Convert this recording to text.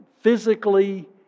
physically